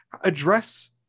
address